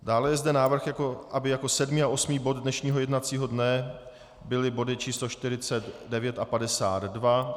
Dále je zde návrh, aby jako sedmý a osmý bod dnešního jednacího dne byly body číslo 49 a 52.